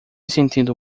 sentindo